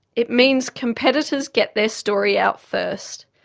it means competitors get their story out first,